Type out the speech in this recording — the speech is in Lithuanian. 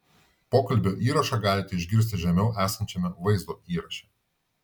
pokalbio įrašą galite išgirsti žemiau esančiame vaizdo įraše